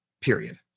period